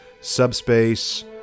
subspace